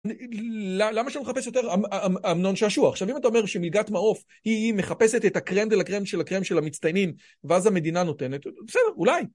למה שאני מחפש יותר, אמנון שעשוע, עכשיו אם אתה אומר שמלגת מעוף היא מחפשת את הקרם דה-לה קרם דה-לה קרם של המצטיינים ואז המדינה נותנת, בסדר, אולי.